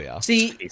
See